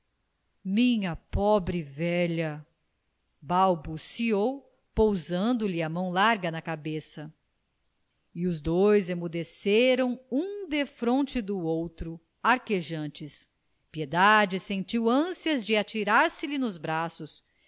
minha pobre velha balbuciou pousando lhe a mão larga na cabeça e os dois emudeceram um defronte do outro arquejantes piedade sentiu ânsias de atirar se lhe nos braços